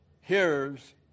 hears